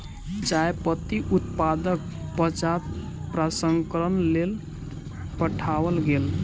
चाय पत्ती उत्पादनक पश्चात प्रसंस्करणक लेल पठाओल गेल